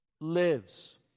lives